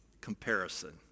comparison